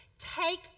Take